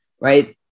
right